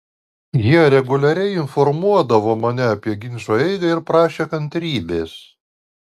jie reguliariai informuodavo mane apie ginčo eigą ir prašė kantrybės